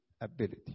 ability